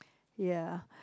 ya